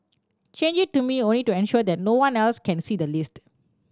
change it to me only to ensure that no one else can see the list